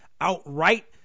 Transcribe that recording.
outright